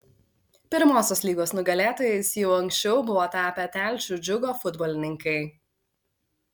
pirmosios lygos nugalėtojais jau anksčiau buvo tapę telšių džiugo futbolininkai